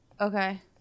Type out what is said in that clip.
Okay